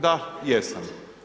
Da, jesam.